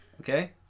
Okay